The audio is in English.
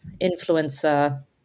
influencer